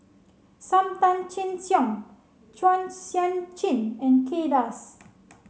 Sam Tan Chin Siong Chua Sian Chin and Kay Das